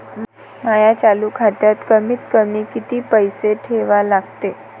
माया चालू खात्यात कमीत कमी किती पैसे ठेवा लागते?